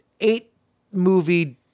eight-movie